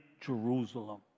Jerusalem